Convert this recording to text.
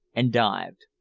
and dived.